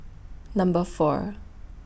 Number four